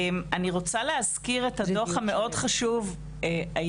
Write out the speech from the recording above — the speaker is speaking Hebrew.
אני רוצה להזכיר את הדוח החשוב מאוד של לא אחרת מהמועצה לביטחון לאומי,